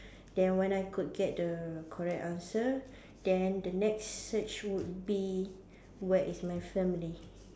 then when I could get the correct answer then the next search would be where is my family